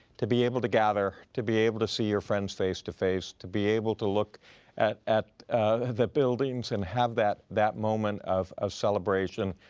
to be able to gather, to be able to see your friends face-to-face, to be able to look at at the buildings and have that that moment of of celebration,